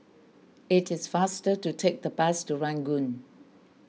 it is faster to take the bus to Ranggung